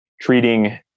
treating